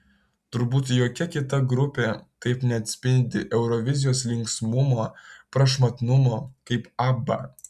turbūt jokia kita grupė taip neatspindi eurovizijos linksmumo prašmatnumo kaip abba